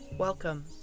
Welcome